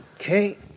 Okay